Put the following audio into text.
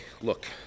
look